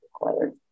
required